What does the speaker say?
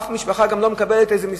אף משפחה גם לא מקבלת מסמך,